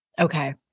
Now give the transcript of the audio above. Okay